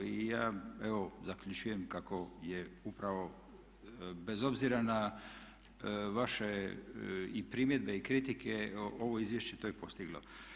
I ja evo zaključujem kako je upravo bez obzira na vaše i primjedbe i kritike ovo izvješće to i postiglo.